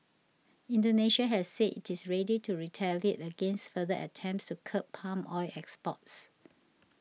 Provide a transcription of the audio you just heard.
Indonesia has said it is ready to retaliate against further attempts to curb palm oil exports